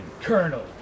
colonel